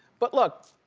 but look.